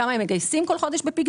כמה הם מגייסים בכל חודש בפיקדונות,